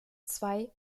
zwei